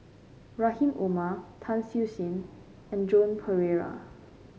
Rahim Omar Tan Siew Sin and Joan Pereira